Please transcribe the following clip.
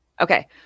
Okay